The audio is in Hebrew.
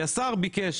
כי השר ביקש.